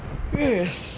yes